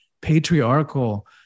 patriarchal